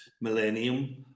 millennium